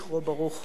תודה רבה.